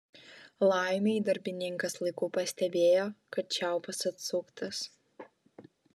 laimei darbininkas laiku pastebėjo kad čiaupas atsuktas